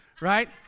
right